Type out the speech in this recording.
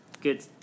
Good